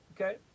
Okay